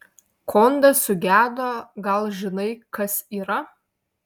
kondas sugedo gal žinai kas yra